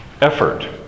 effort